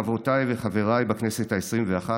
חברותיי וחבריי בכנסת העשרים-ואחת,